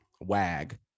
Wag